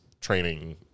training